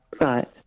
Right